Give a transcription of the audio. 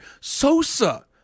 Sosa